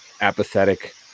apathetic